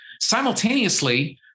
simultaneously